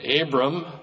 Abram